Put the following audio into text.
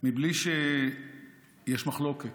בלי שיש מחלוקת.